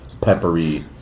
peppery